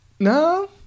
No